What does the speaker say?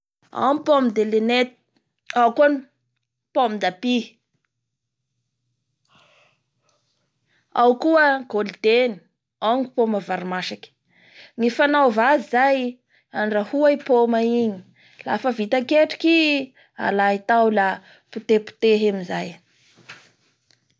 Ao ny pomme de lenette, ao koa ny pomme d'appi ao koa golden, ao ny poma varimasaky ny fanaova azy zay andrahoa i poma igny, lafa vita ketriky i alay tao la potepotehy amizay,